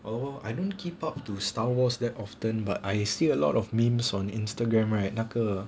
oh I don't keep up to star wars that often but I see a lot of memes on instagram right 那个